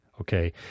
okay